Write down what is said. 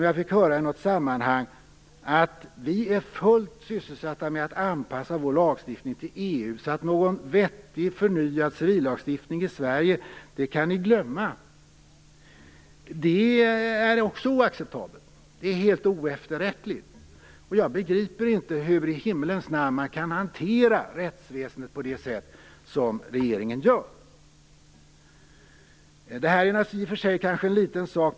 Jag fick i något sammanhang höra: Vi är fullt sysselsatta med att anpassa vår lagstiftning till EU, så någon vettig förnyad civillagstiftning kan ni glömma! Detta är också oacceptabelt. Det är helt oefterrättligt! Jag begriper inte hur i himmelens namn man kan hantera rättsväsendet på det sätt som regeringen gör. Detta är kanske i och för sig en liten sak.